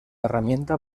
herramienta